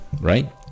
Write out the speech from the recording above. right